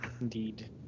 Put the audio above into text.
Indeed